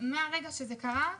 מהרגע שזה קרה,